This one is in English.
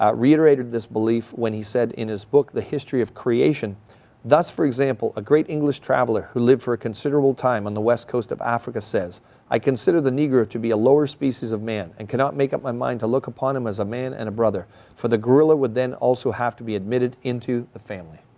reiterated this belief when he said in his book the history of creation thus for example a great english traveller, who lived for a considerable time on the west coast of africa says i consider the negro to be a lower species a man and cannot make up my mind to look upon him as a man and a brother for the gorilla would then also have to be admitted into the family.